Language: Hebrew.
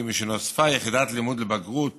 כי משנוספה יחידת לימוד לבגרות